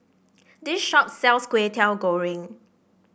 this shop sells Kway Teow Goreng